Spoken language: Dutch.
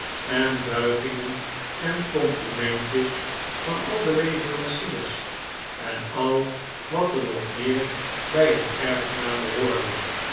en buigingen en complimentjes van al de leveranciers en al wat er nog meer bij een erfgename hoorde